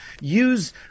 use